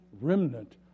remnant